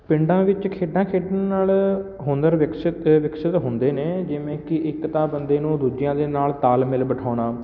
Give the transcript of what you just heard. ਪਿੰਡਾਂ ਵਿੱਚ ਖੇਡਾਂ ਖੇਡਣ ਨਾਲ ਹੁਨਰ ਵਿਕਸਿਤ ਤਾਂ ਵਿਕਸਿਤ ਹੁੰਦੇ ਨੇ ਜਿਵੇਂ ਕਿ ਇੱਕ ਤਾਂ ਬੰਦੇ ਨੂੰ ਦੂਜਿਆਂ ਦੇ ਨਾਲ ਤਾਲ ਮੇਲ ਬਿਠਾਉਣਾ